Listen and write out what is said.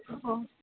हो